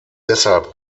deshalb